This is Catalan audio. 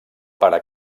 pare